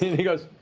he goes,